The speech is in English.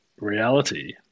reality